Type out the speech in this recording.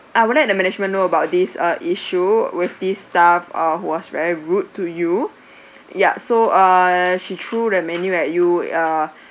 will let the management know about this issue with this staff uh who was very rude to you ya so uh she threw the menu at you uh